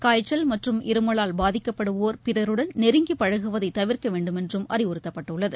காய்ச்சல் மற்றும் இருமலால் பாதிக்கப்படுவோா் பிறருடன் நெருங்கி பழகுவதை தவிா்க்க வேண்டுமென்றும் அறிவுறுத்தப்பட்டுள்ளது